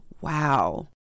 Wow